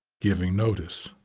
giving notice.